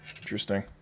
Interesting